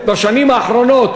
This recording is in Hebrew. בשנים האחרונות